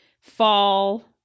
fall